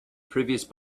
previous